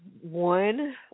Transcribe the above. one